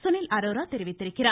சுனில் அரோரா தெரிவித்திருக்கிறார்